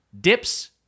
dips